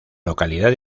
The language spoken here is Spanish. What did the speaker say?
localidad